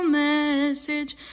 message